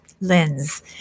lens